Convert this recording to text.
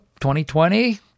2020